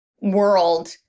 world